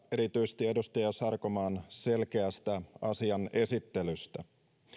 erityisesti edustaja sarkomaan selkeästä asian esittelystä